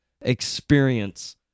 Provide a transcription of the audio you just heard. experience